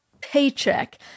paycheck